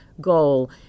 goal